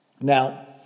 Now